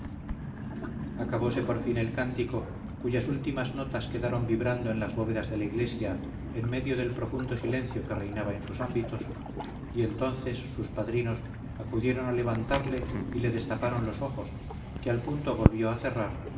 acabóse por fin el cántico cuyas últimas notas quedaron vibrando en las bóvedas de la iglesia en medio del profundo silencio que reinaba en sus ámbitos y entonces sus padrinos acudieron a levantarle y le destaparon los ojos que al punto volvió a cerrar